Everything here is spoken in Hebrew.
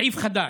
סעיף חדש.